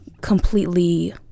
completely